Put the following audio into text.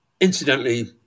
incidentally